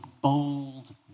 bold